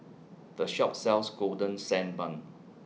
The Shop sells Golden Sand Bun